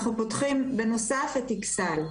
אנחנו פותחים בנוסף את אכסאל.